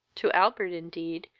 to albert, indeed,